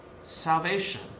salvation